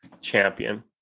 champion